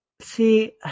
See